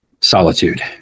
Solitude